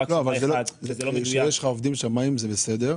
יש לך עובדים שמאים, זה בסדר,